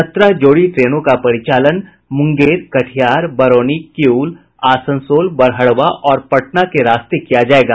सत्रह जोड़ी ट्रेनों का परिचालन मुंगेर कटिहार बरौनी किऊल आसनसोल बड़हड़वा और पटना के रास्ते किया जायेगा